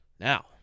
Now